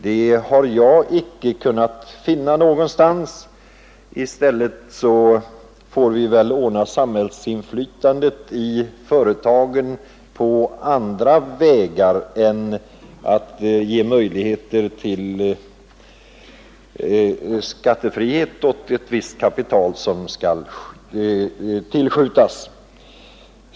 Detta har jag emellertid icke kunnat finna någonstans; i stället får vi väl ordna samhällsinflytandet i företagen på andra vägar än genom att ge möjligheter till skattefrihet åt ett visst kapital som skall tillskjutas.